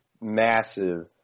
massive